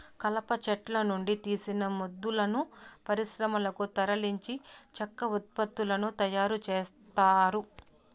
కలప చెట్ల నుండి తీసిన మొద్దులను పరిశ్రమలకు తరలించి చెక్క ఉత్పత్తులను తయారు చేత్తారు